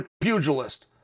pugilist